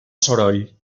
soroll